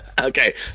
Okay